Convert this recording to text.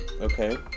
Okay